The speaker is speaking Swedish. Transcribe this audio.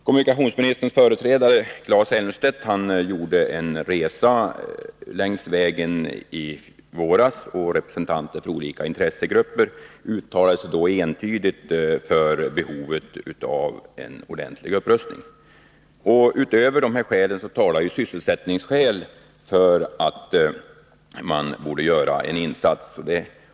Kommunikationsministerns företrädare Claes Elmstedt gjorde en resa längs vägen i våras, och representanter för olika intressegrupper uttalade då entydigt att det behövs en ordentlig upprustning. Utöver detta talar sysselsättningsskäl för att man borde göra en insats.